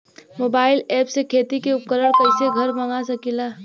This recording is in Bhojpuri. मोबाइल ऐपसे खेती के उपकरण कइसे घर मगा सकीला?